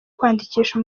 kwandikisha